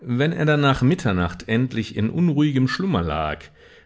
wenn er dann nach mitternacht endlich in unruhigem schlummer lag